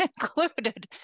included